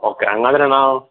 okay ಹಾಗಾದ್ರೆ ನಾವು